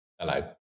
hello